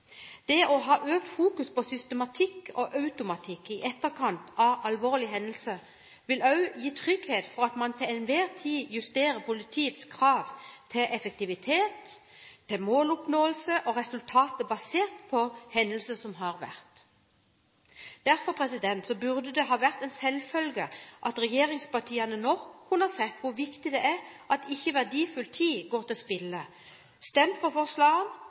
Det å ha økt fokus på systematikk og automatikk i etterkant av alvorlige hendelser vil også gi trygghet for at man til enhver tid justerer politiets krav til effektivitet, måloppnåelse og resultater basert på hendelser som har vært. Derfor burde det ha vært en selvfølge at regjeringspartiene nå kunne sett hvor viktig det er at ikke verdifull tid går til spille. Stem på forslagene og dermed sikre at vi allerede nå vil stå rustet for